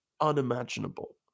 unimaginable